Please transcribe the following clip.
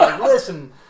listen